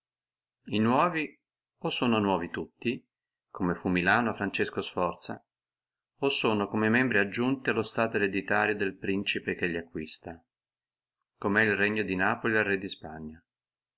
e nuovi o sono nuovi tutti come fu milano a francesco sforza o sono come membri aggiunti allo stato ereditario del principe che li acquista come è el regno di napoli al re di spagna